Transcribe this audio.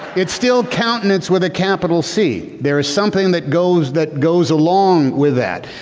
it's still countenance with a capital c. there is something that goes that goes along with that.